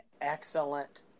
excellent